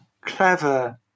clever